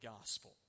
gospel